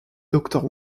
doctor